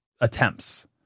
attempts